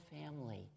family